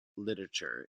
literature